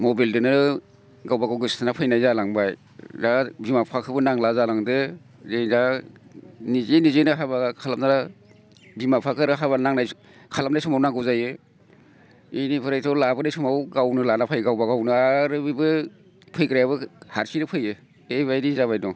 मबाइलदोनो गावबागाव गोसथोना फैनाय जालांबाय दा बिमा बिफाखौबो नांला जालांदो जे दा निजे निजेनो हाबा खालामना बिमा बिफाखो हाबा खालामनाय समाव नांगौ जायो इनिफ्रायथ' लाबोनाय समाव गावनो लाना फायो गावबा गावनो बिबो फैग्रायाबो हारसिंनो फैयो बेबायदि जाबाय दं